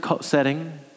setting